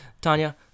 Tanya